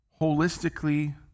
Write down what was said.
holistically